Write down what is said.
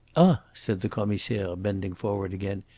ah! said the commissaire, bending forward again.